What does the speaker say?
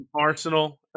Arsenal